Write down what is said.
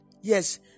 Yes